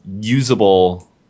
usable